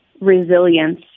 resilience